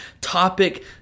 topic